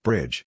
Bridge